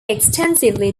extensively